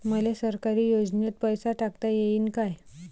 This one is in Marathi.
मले सरकारी योजतेन पैसा टाकता येईन काय?